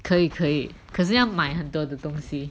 可以可以可是要买很多东西